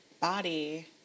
body